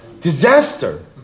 Disaster